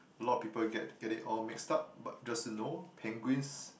a lot of people get get it all mixed up but just to know penguins